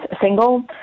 single